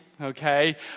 okay